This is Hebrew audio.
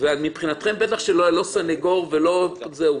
מבחינתכם בטח שלא סניגור וכולי.